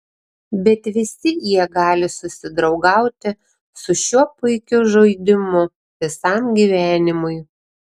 bet visi jie gali susidraugauti su šiuo puikiu žaidimu visam gyvenimui